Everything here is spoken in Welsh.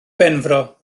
benfro